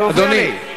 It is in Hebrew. אתה מפריע לי.